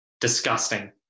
disgusting